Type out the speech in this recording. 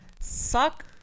suck